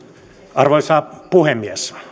arvoisa puhemies